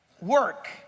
work